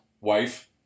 Wife